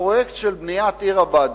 לבניית עיר הבה"דים,